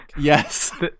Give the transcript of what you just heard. Yes